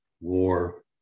war